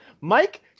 Mike